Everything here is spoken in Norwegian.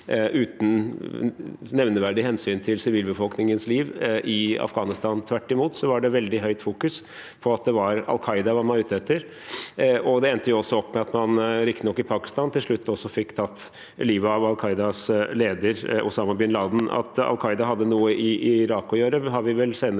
uten nevneverdig hensyn til sivilbefolkningens liv i Afghanistan. Tvert imot var det veldig høyt fokus på at det var Al Qaida man var ute etter, og det endte også opp med at man, riktignok i Pakistan, til slutt fikk tatt livet av Al Qaidas leder, Osama bin Laden. At Al Qaida hadde noe i Irak å gjøre,